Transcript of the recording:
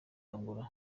angola